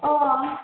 अ